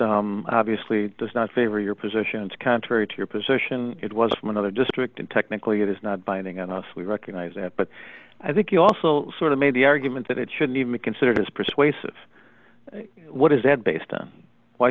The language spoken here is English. acknowledged obviously does not favor your positions contrary to your position it was from another district and technically it is not binding on us we recognize that but i think you also sort of made the argument that it shouldn't even be considered as persuasive what is that based on why